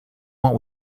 want